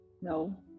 No